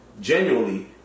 genuinely